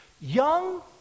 Young